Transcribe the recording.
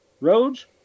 roads